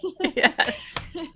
Yes